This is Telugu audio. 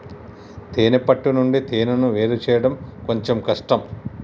తేనే పట్టు నుండి తేనెను వేరుచేయడం కొంచెం కష్టం